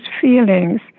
feelings